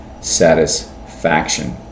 satisfaction